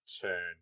turn